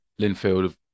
Linfield